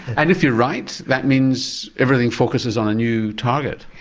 and if you're right, that means everything focuses on a new target?